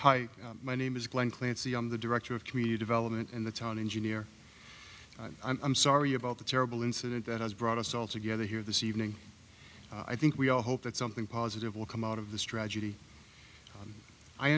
hi my name is glenn clancy i'm the director of community development in the town engineer i'm sorry about the terrible incident that has brought us all together here this evening i think we all hope that something positive will come out of this tragedy i